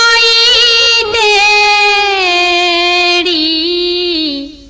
e a a e